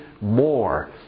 more